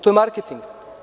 To je marketing.